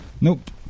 Nope